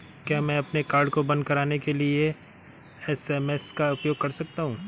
क्या मैं अपने कार्ड को बंद कराने के लिए एस.एम.एस का उपयोग कर सकता हूँ?